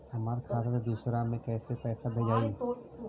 हमरा खाता से दूसरा में कैसे पैसा भेजाई?